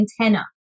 antenna